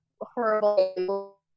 horrible